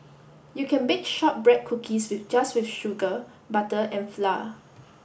you can bake shortbread cookies with just with sugar butter and flour